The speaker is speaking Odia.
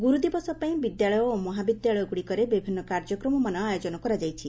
ଗ୍ରର୍ଦିବସ ପାଇଁ ବିଦ୍ୟାଳୟ ଓ ମହାବିଦ୍ୟାଳୟଗ୍ରଡ଼ିକରେ ବିଭିନ୍ନ କାର୍ଯ୍ୟକ୍ରମମାନ ଆୟୋଜନ କରାଯାଇଛି